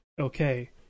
okay